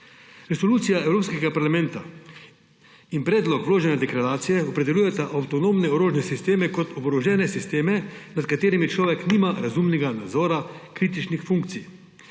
Resolucija Evropskega parlamenta in predlog vložene deklaracije opredeljujeta avtonomne orožne sisteme kot oborožene sisteme, nad katerimi človek nima razumnega nadzora kritičnih funkcij.